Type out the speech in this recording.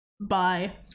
bye